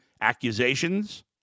accusations